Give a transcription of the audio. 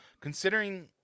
considering